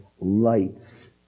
lights